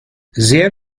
sehr